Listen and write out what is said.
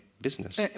business